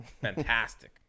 fantastic